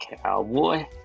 Cowboy